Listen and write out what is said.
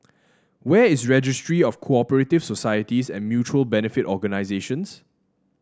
where is Registry of Co operative Societies and Mutual Benefit Organisations